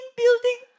building